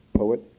poet